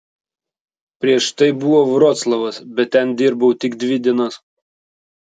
prieš tai buvo vroclavas bet ten dirbau tik dvi dienas